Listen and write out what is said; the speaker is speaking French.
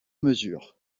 mesure